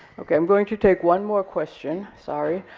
okay, i'm going to take one more question, sorry,